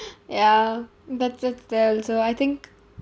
ya that's the th~ also I think